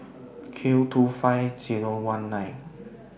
Q two five Zero one nine